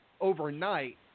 overnight